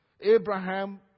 Abraham